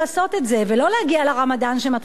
ולא להגיע לרמדאן שמתחיל בקיץ.